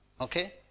Okay